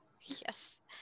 Yes